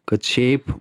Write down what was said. kad šiaip